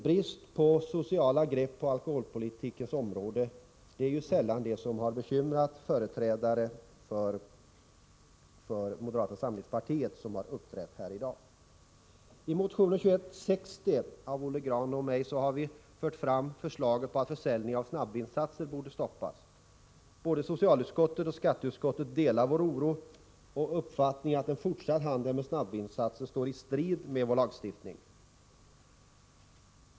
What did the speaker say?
Brist på sociala grepp på alkoholpolitikens område är sällan saker som bekymrar företrädare för moderata samlingspartiet — i alla fall dem som uppträtt här i dag. I motion 2160 av Olle Grahn och mig förs fram förslaget att försäljningen av snabbvinsatser borde stoppas. Både socialutskottet och skatteutskottet delar vår oro och uppfattning att en fortsatt handel med snabbvinsatserna står i strid med vår lagstiftning.